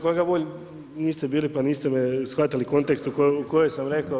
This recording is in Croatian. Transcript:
Kolega Bulj, niste bili pa niste me shvatili kontekst u kojem sam rekao.